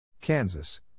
Kansas